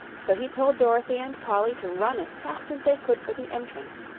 so he told dorothy and polly to run as fast as they could for the entrance,